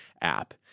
app